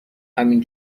همین